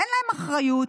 אין להם אחריות.